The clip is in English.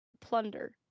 plunder